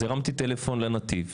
אז הרמתי טלפון לנתיב,